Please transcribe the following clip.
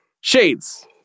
Shades